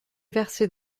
versées